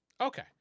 okay